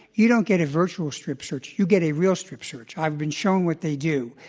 you don't get a virtual strip search. you get a real strip search. i've been shown what they do.